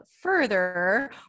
further